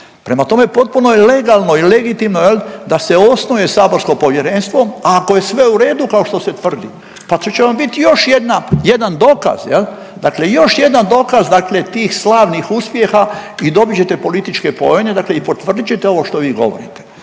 Prema tome potpuno je legalno i legitimno jel, da se osnuje saborsko povjerenstvo, a ako je sve u redu kao što se tvrdi pa to će vam bit još jedna, jedan dokaz jel dakle još jedan dokaz dakle tih slavnih uspjeha i dobit ćete političke poene, dakle i potvrdit ćete ovo što vi govorite.